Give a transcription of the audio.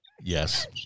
yes